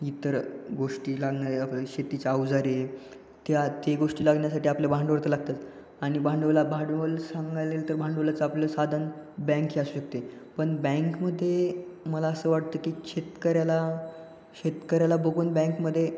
इतर गोष्टी लागणारे आपल्या शेतीच्या अवजारे त्या ते गोष्टी लागण्यासाठी आपलं भांडवल तर लागतात आणि भांडवला भांडवल सांगायला तर भांडवलाचं आपलं साधन बँक हे असू शकते पण बँकमध्ये मला असं वाटतं की शेतकऱ्याला शेतकऱ्याला बघून बँकमध्ये